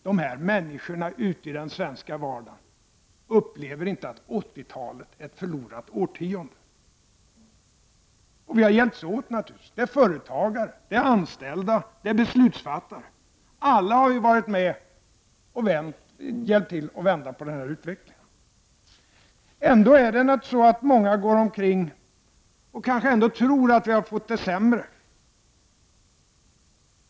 De här människorna ute i den svenska vardagen upplever inte att 80-talet är ett förlorat årtionde. Vi har naturligtvis hjälpts åt. Företagare, anställda, beslutsfattare — alla har varit med och hjälpt till att vända utvecklingen. Ändå går naturligtvis många omkring och tror att vi har fått det sämre.